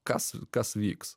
kas kas vyks